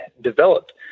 developed